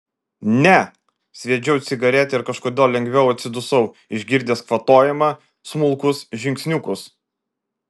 ne sviedžiau cigaretę ir kažkodėl lengviau atsidusau išgirdęs kvatojimą smulkus žingsniukus